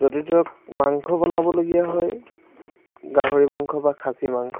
যদি ধৰক মাংস বনাবলগীয়া হয় গাহৰি মাংস বা খাছি মাংস